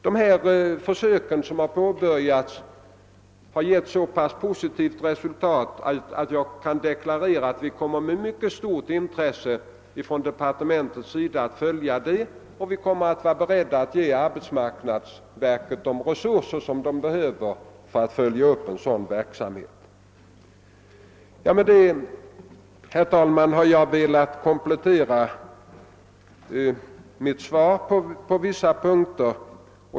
Dessa försök har gett så positivt resultat att vi från inrikesdepartementet är beredda att ställa erforderliga resurser till arbetsmarknadsverkets förfogande för att följa upp verksamheten. Med detta har jag velat komplettera mitt svar på vissa punkter.